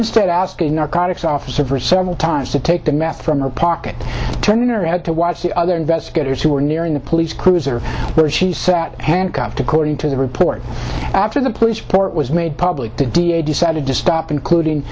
instead asking narcotics officer for several times to take the math from her pocket turn around to watch the other investigators who were nearing the police cruiser where she sat handcuffed according to the report after the police report was made public the d a decided to stop including